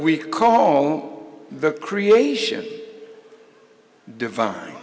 we call the creation divine